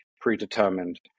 predetermined